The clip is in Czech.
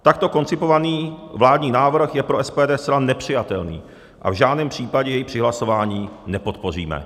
Takto koncipovaný vládní návrh je pro SPD zcela nepřijatelný a v žádném případě jej při hlasování nepodpoříme.